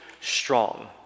strong